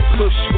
push